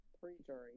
pre-jury